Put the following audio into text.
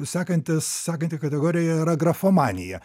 sekantis sekanti kategorija yra grafomanija